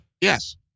yes